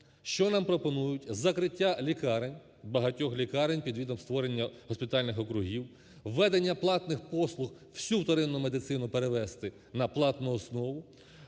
що нам пропонують? Закриття лікарень, багатьох лікарень під видом створення госпітальних округів, введення платних послуг, всю вторинну медицину перевести на платну основу